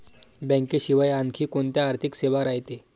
बँकेशिवाय आनखी कोंत्या आर्थिक सेवा रायते?